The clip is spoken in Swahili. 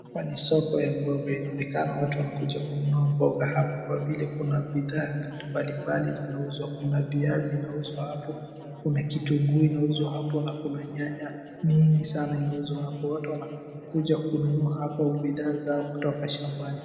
Hapa ni soko ya mboga. Inaonekana watu wanakuja kununua mboga hapo kwa vile kuna bidha mbalimbali zinauzwa. Kuna viazi inauzwa hapo, kuna kitungu inauzwa hapo na kuna nyanya mingi sana inauzwa hapo. Watu wanakuja kununua hapo bidha zao kutoka shambani.